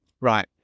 Right